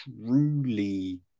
truly